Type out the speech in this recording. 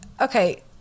Okay